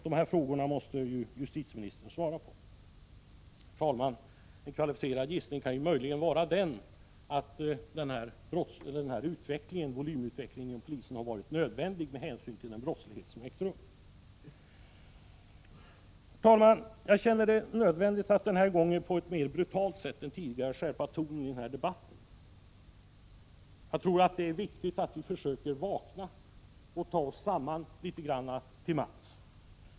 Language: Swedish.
Dessa frågor måste justitieministern svara på. Herr talman! En kvalificerad gissning kan möjligen vara den att den här volymutvecklingen inom polisen har varit nödvändig med hänsyn till den brottslighet som har ägt rum. Jag känner att det är nödvändigt att den här gången på ett mer brutalt sätt än tidigare skärpa tonen i debatten. Jag tror att det är viktigt att vi litet till mans försöker vakna och ta oss samman.